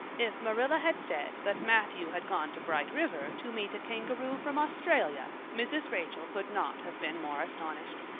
if marilla had said that matthew had gone to bright river to meet a kangaroo from australia mrs. rachel could not have been more astonished.